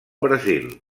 brasil